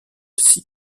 six